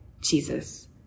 Jesus